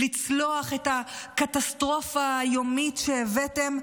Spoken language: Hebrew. לצלוח את הקטסטרופה היומית שהבאתם,